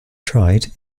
tried